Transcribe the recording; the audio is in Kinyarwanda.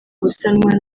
gusanwa